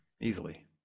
Easily